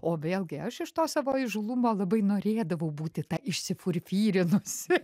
o vėlgi aš iš to savo įžūlumo labai norėdavau būti ta išsifurfyrinusi